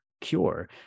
cure